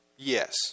Yes